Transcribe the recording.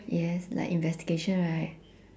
yes like investigation right